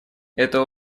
это